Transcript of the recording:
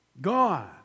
gone